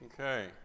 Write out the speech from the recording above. Okay